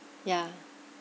yeah